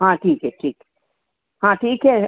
हाँ ठीक है ठीक हाँ ठीक है